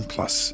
Plus